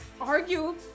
argue